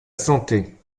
santé